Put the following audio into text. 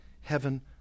heaven